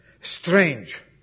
Strange